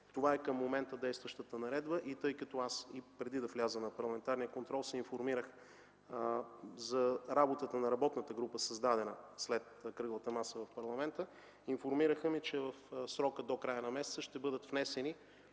Това е действащата към момента наредба. Тъй като преди да вляза на парламентарния контрол, се информирах за работата на работната група, създадена след Кръглата маса в парламента, ме информираха, че в срока – до края на месеца, ще бъдат внесени